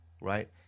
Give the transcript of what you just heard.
right